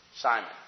Simon